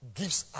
gives